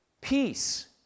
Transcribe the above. peace